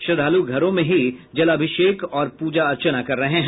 श्रद्वालू घरों में ही जलाभिषेक और पूजा अर्चना कर रहे हैं